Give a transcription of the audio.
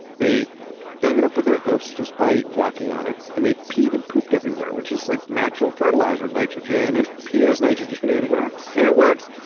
they dug it up with the hooves just by walking on it, and they peed and pooped everywhere which is like natural fertilizer, nitrogen, and pee has nitrogen in it it works and it works.